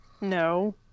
No